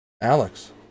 Alex